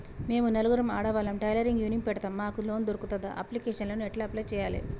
మేము నలుగురం ఆడవాళ్ళం టైలరింగ్ యూనిట్ పెడతం మాకు లోన్ దొర్కుతదా? అప్లికేషన్లను ఎట్ల అప్లయ్ చేయాలే?